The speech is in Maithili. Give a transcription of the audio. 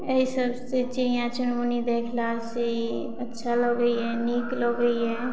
अइ सबसँ चिड़िया चुनमुनी देखलासँ ई अच्छा लगइए नीक लगइए